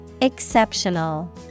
Exceptional